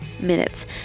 minutes